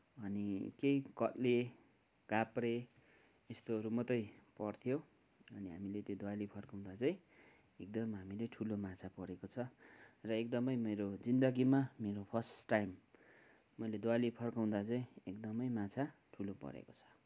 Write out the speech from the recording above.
अनि त्यही कत्ले काप्रे यस्तोहरू मात्रै पर्थ्यो अनि हामीले त्यो दुवाली फर्काउँदा चाहिँ एकदमै हामीले ठुलो माछा परेको छ र एकदमै मेरो जिन्दगीमा मेरो फर्स्ट टाइम मैले दुवाली फर्काउँदा चाहिँ एकदमै माछा ठुलो परेको छ